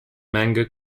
manga